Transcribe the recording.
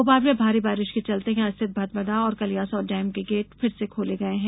भोपाल में भारी बारिश के चलते यहां स्थित भदभदा और कलियासोत डेम के गेट फिर से खोले गये हैं